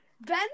Ben